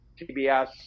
CBS